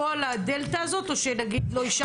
כל הדלתא הזאת או שנגיד לא אישרתם